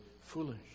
foolish